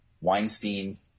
Weinstein